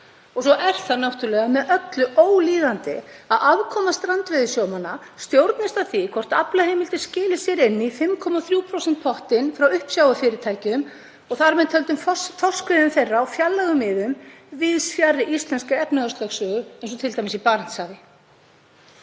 Svo er það náttúrlega með öllu ólíðandi að afkoma strandveiðisjómanna stjórnist af því hvort aflaheimildir skili sér inn í 5,3% pottinn frá uppsjávarfyrirtækjum og þar með talið þorskveiðum þeirra á fjarlægum miðum víðs fjarri íslenskri efnahagslögsögu, eins og t.d. í Barentshafi.